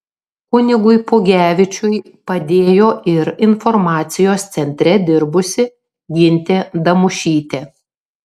kunigui pugevičiui padėjo ir informacijos centre dirbusi gintė damušytė